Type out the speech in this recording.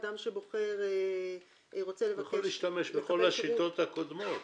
אדם שרוצה לבקש --- הוא יכול להשתמש בכל השיטות הקודמות.